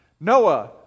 Noah